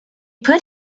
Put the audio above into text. put